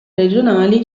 regionali